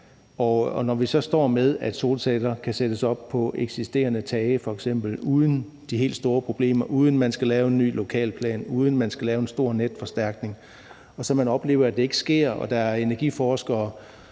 Vi står med, at solceller f.eks. kan sættes op på eksisterende tage uden de helt store problemer, uden at man skal lave en ny lokalplan, uden at man skal lave en stor netforstærkning, men når vi så oplever, at det ikke sker, selv om der er energiforskere